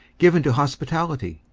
given to hospitality,